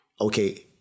Okay